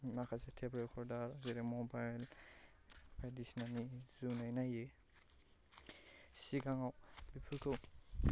माखासे tape recorder जेरै mobile बायदिसिनानि जुनै नायो सिगाङाव बेफोरखौ